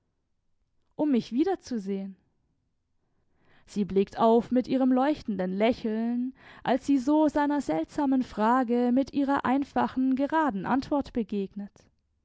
um mich wiederzusehen sie blickt auf mit ihrem leuchtenden lächeln als sie so seiner seltsamen frage mit ihrer einfachen geraden antwort begegnet